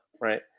right